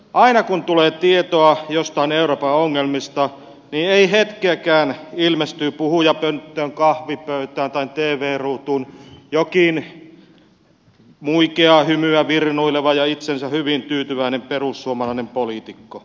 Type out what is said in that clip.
aina kun tulee tietoa jostain euroopan ongelmista niin ei hetkeäkään kun ilmestyy puhujapönttöön kahvipöytään tai tv ruutuun joku muikeaa hymyä virnuileva ja itseensä hyvin tyytyväinen perussuomalainen poliitikko